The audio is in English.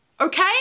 okay